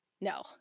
no